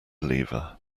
lever